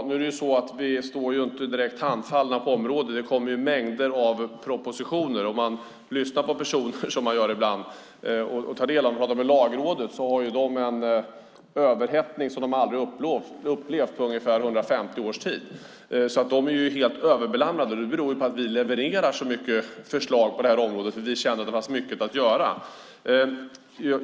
Herr talman! Vi står inte direkt handfallna på det här området. Det kommer mängder av propositioner. Om man lyssnar på personer, som man gör ibland, och tar del av vad Lagrådet gör visar det sig att de har en överhettning som de inte upplevt på 150 år. De är helt överbelamrade, vilket beror på att vi levererar så många förslag på det här området. Det gör vi eftersom vi känner att det finns mycket att göra.